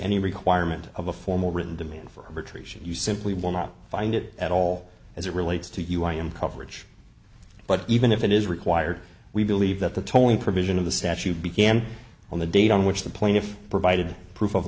any requirement of a formal written demand for treason you simply will not find it at all as it relates to you i am coverage but even if it is required we believe that the tolling provision of the statute began on the date on which the plaintiff provided proof of